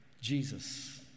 Jesus